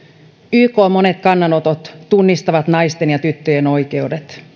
ykn monet kannanotot tunnistavat naisten ja tyttöjen oikeudet